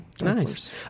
Nice